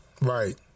right